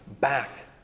back